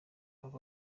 aho